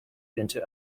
into